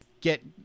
get